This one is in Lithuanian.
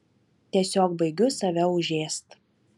tiesiog baigiu save užėst